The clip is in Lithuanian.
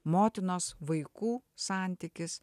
motinos vaikų santykis